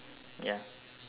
ya